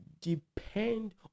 depend